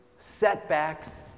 setbacks